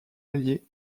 allié